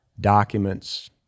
documents